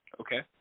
Okay